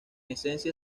esencia